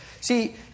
See